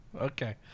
Okay